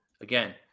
Again